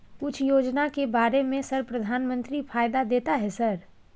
कुछ योजना के बारे में सर प्रधानमंत्री फायदा देता है सर?